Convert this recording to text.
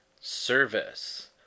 service